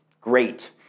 Great